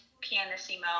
pianissimo